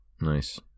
Nice